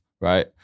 right